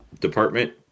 department